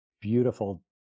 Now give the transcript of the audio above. beautiful